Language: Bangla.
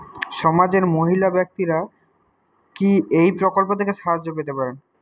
সমাজের মহিলা ব্যাক্তিরা কি এই প্রকল্প থেকে সাহায্য পেতে পারেন?